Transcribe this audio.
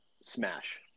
Smash